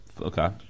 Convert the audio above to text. Okay